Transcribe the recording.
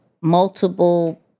multiple